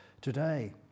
today